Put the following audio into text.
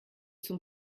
zum